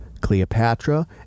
Cleopatra